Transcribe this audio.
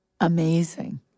Amazing